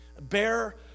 Bear